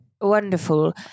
wonderful